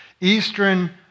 Eastern